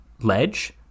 ledge